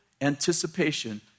anticipation